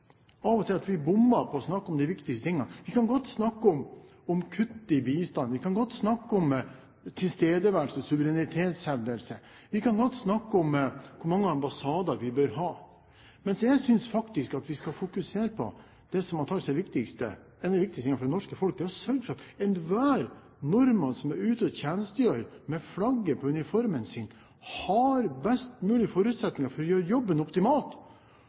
av og til at vi bommer på å snakke om de viktigste tingene. Vi kan godt snakke om kutt i bistand. Vi kan godt snakke om tilstedeværelse og suverenitetshevdelse. Vi kan godt snakke om hvor mange ambassader vi bør ha. Men jeg synes faktisk at vi skal fokusere på det som antageligvis er det viktigste, noe av det viktigste for det norske folk: å sørge for at enhver nordmann som er ute og tjenestegjør med flagget på uniformen, har best mulig forutsetning for å gjøre jobben optimalt.